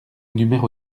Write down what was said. numéro